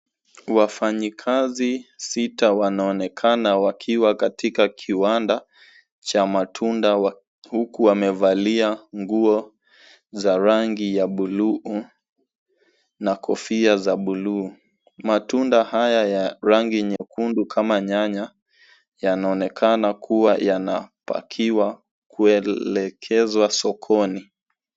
Wafanyikazi sita wanaonekana wakiwa katika kiwanda cha matunda huku wamevalia nguo za rangi ya buluu na kofia za buluu. Matunda haya ya rangi nyekundu kama nyanya yanaonekana kuwa yanapakiwa kwa elekezo wa sokoni.